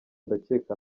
ndakeka